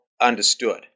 understood